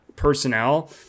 personnel